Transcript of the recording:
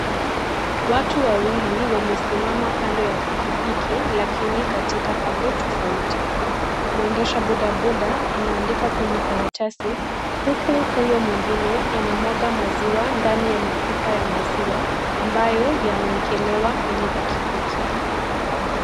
Watu wawili wamesimama kando ya pikipiki lakini katika pande tofauti. Mwendesha bodaboda anaandika kwenye karatasi huku huyu mwingine anamwaga maziwa ndani ya mapipa ya maziwa ambayo yameekelewa kwenye pikipiki.